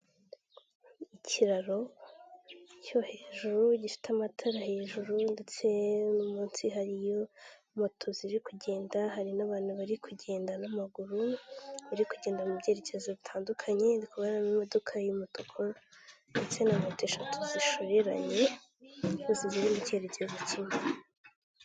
Ikiraro cyo hejuru gifite amatara hejuru ndetse munsi hari iyo moto ziri kugenda hari n'abantu bari kugenda n'amaguru, bari kugenda mu byerekezo bitandukanye ndikubona imodoka y'umutuku ndetse na moto eshatu zishoreranye ziz icyerekezo kimwe.